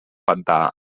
pantà